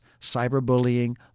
cyberbullying